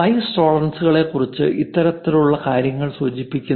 size ടോളറൻസുകളെക്കുറിച്ചാണ് ഇത്തരത്തിലുള്ള കാര്യങ്ങൾ സൂചിപ്പിക്കുന്നത്